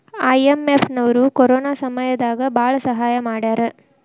IMF ನವ್ರು corona ಸಮಯ ದಾಗ ಭಾಳ ಸಹಾಯ ಮಾಡ್ಯಾರ